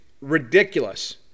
ridiculous